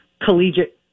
collegiate